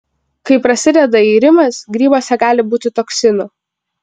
kai prasideda irimas grybuose gali būti toksinų